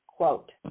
quote